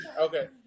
Okay